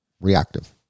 reactive